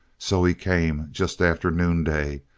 so he came, just after noonday,